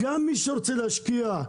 גם מי שרוצה להשקיע,